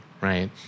right